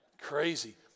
Crazy